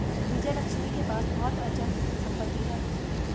विजयलक्ष्मी के पास बहुत अचल संपत्ति है